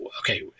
okay